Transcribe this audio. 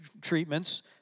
treatments